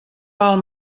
val